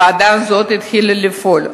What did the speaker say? ועדה זו התחילה לפעול.